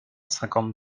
cinquante